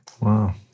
Wow